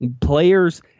players